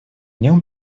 нем